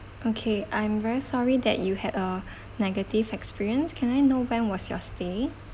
okay I'm very sorry that you had a negative experience can I know when was your stay